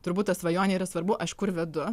turbūt ta svajonė yra svarbu aš kur vedu